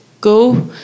Go